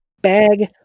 bag